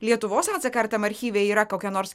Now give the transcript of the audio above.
lietuvos atsaką ar tam archyve yra kokia nors